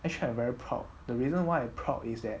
actually I'm very proud the reason why I proud is that